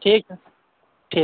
ठीक हइ ठीक